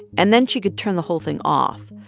and then she could turn the whole thing off.